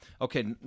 Okay